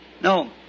No